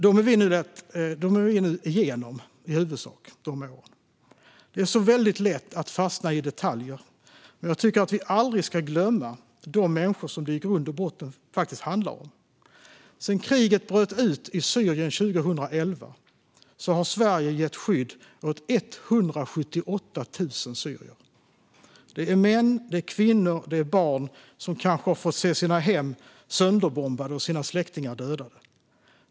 Detta är vi nu i huvudsak igenom. Det är så väldigt lätt att fastna i detaljer, och jag tycker att vi aldrig ska glömma de människor som det i grund och botten handlar om. Sedan kriget bröt ut i Syrien 2011 har Sverige gett skydd åt 178 000 syrier. Det är män, det är kvinnor och det är barn som kanske har fått se sina hem sönderbombade och sina släktingar dödade.